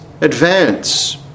advance